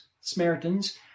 Samaritans